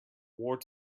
war